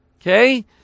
okay